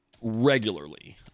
regularly